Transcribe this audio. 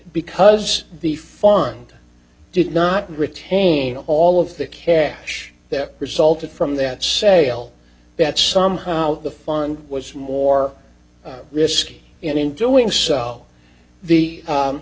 because the fond did not retain all of the cash that resulted from that sale that somehow the fund was more risky and in doing so the